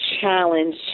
challenge